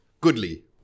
goodly